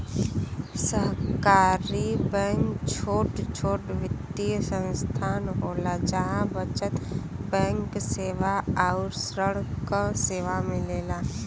सहकारी बैंक छोट छोट वित्तीय संस्थान होला जहा बचत बैंक सेवा आउर ऋण क सेवा मिलेला